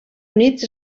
units